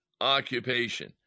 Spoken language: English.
occupation